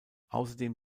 außerdem